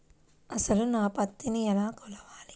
అసలు నా పత్తిని ఎలా కొలవాలి?